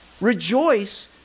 rejoice